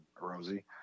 Rosie